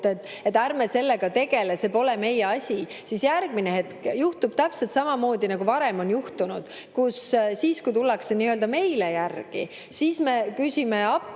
et ärme sellega tegeleme, see pole meie asi, siis järgmine hetk juhtub täpselt samamoodi, nagu varem on juhtunud, et siis, kui tullakse nii-öelda meile järgi, siis me [hüüame] appi,